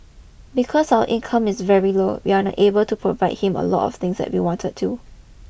because our income is very low we are unable to provide him a lot of things that we wanted to